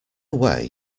way